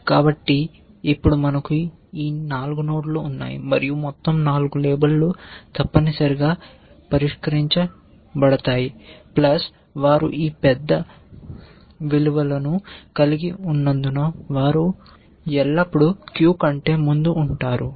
కాబట్టి ఇప్పుడు మనకు ఈ 4 నోడ్లు ఉన్నాయి మరియు మొత్తం 4 లేబుల్ తప్పనిసరిగా పరిష్కరించబడతాయి వారు ఈ పెద్ద విలువను కలిగి ఉన్నందున వారు ఎల్లప్పుడూ క్యూ కంటే ముందు ఉంటారు